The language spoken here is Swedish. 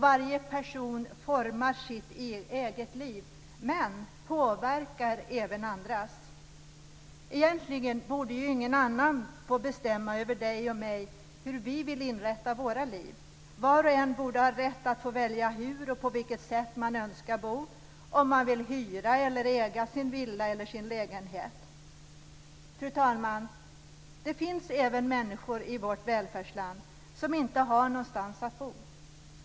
Varje person formar sitt eget liv men påverkar även andras. Egentligen borde ingen annan få bestämma över dig och mig, över hur vi vill inrätta våra liv. Var och en borde ha rätt att få välja hur och på vilket sätt man önskar bo, om man vill hyra eller äga sin villa eller sin lägenhet. Fru talman! Det finns även människor i vårt välfärdsland som inte har någonstans att bo.